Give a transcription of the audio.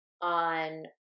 on